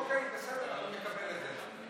אוקיי, בסדר, אני מקבל את זה.